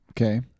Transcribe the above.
okay